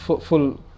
full